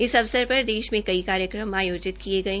इस अवसर पर देश में कई कार्यक्रम आयोजित किये गये